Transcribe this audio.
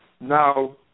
Now